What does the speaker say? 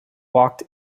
walked